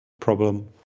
problem